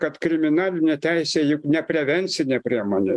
kad kriminalinė teisė juk ne prevencinė priemonė